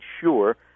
sure